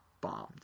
bombed